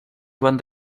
joan